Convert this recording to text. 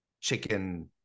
chicken